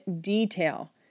detail